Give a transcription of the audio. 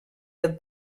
del